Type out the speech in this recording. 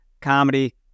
comedy